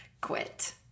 quit